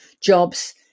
jobs